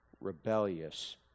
rebellious